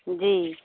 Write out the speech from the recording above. जी